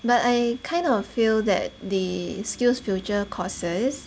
but I kind of feel that the skillsfuture courses